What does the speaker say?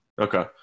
Okay